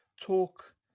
talk